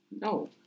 No